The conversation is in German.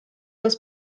das